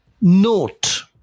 note